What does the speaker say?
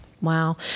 Wow